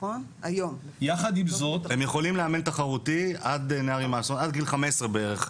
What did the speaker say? הם יכולים לאמן תחרותי עד גיל 15 בערך.